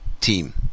team